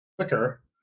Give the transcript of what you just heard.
quicker